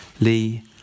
Lee